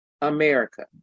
America